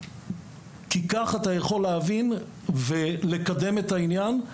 כך אתה יכול להבין ולקדם את העניין.